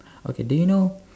okay do you know